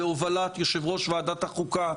בהובלת יושב ראש ועדת החוקה,